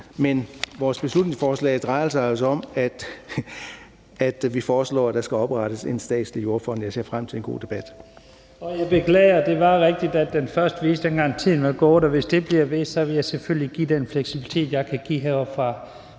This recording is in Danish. Men vores beslutningsforslag drejer sig altså om, at vi foreslår, at der skal oprettes en statslig jordfond. Jeg ser frem til en god debat.